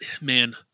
man